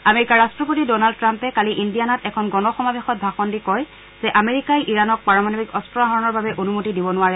আমেৰিকাৰ ৰাট্টপতি ডনাল্ড ট্ৰাম্পে কালি ইণ্ডিয়ানাত এখন গণসমাবেশত ভাষণ দি কয় যে আমেৰিকাই ইৰাণক পাৰমাণবিক অস্ত্ৰ আহৰণৰ বাবে অনুমতি দিব নোৱাৰে